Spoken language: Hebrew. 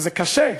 וזה קשה.